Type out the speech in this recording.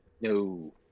No